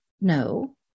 No